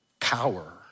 power